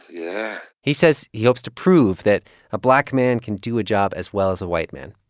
yeah he says he hopes to prove that a black man can do a job as well as a white man.